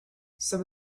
some